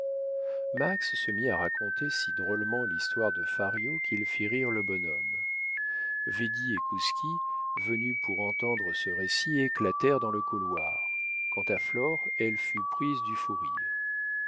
max se mit si drôlement à raconter l'histoire de fario qu'il fit rire le bonhomme védie et kouski venus pour entendre ce récit éclatèrent dans le couloir quant à flore elle fut prise du fou rire